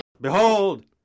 Behold